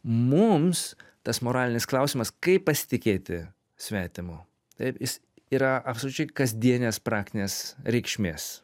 mums tas moralinis klausimas kaip pasitikėti svetimu taip jis yra absoliučiai kasdienės praktinės reikšmės